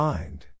Mind